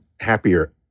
Happier